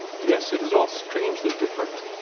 yes, it is all strangely different.